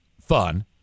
fun